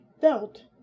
felt